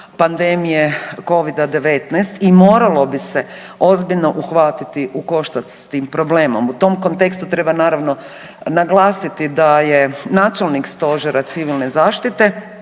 pandemije Covida-19 i moralo bi se ozbiljno uhvatiti ukoštac s tim problemom, u tom kontekstu treba naravno, naglasiti da je načelnik Stožera civilne zaštite